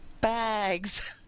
Bags